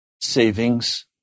savings